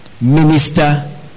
Minister